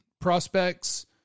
prospects